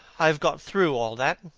i have got through all that,